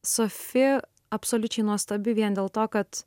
sofi absoliučiai nuostabi vien dėl to kad